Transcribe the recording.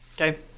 Okay